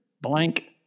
blank